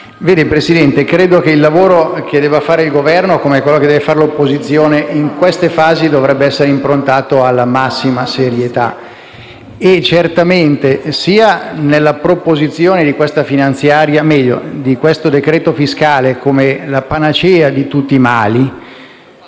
Presidente, credo che il lavoro che deve fare il Governo, come quello che deve fare l'opposizione, in queste fasi dovrebbe essere improntato alla massima serietà e certamente sia la proposizione di questo decreto-legge fiscale come panacea di tutti i mali,